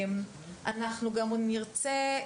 אנחנו גם נרצה,